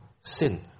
sin